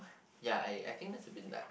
ya I I think that's a bit nut